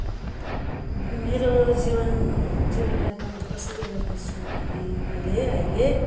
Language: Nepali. मेरो जीवन जीवनयापन कसरी गर्दैछु भने मैले अहिले